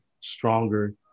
stronger